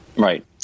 Right